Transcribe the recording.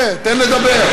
חכה, תן לדבר.